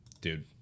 dude